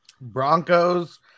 Broncos